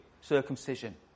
circumcision